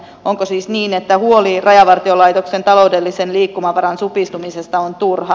onko siis niin että huoli rajavartiolaitoksen taloudellisen liikkumavaran supistumisesta on turha